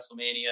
WrestleMania